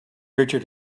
richard